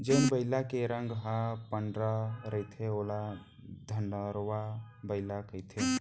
जेन बइला के रंग ह पंडरा रहिथे ओला धंवरा बइला कथें